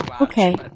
Okay